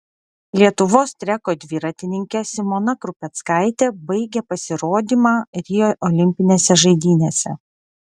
lietuvos treko dviratininkė simona krupeckaitė baigė pasirodymą rio olimpinėse žaidynėse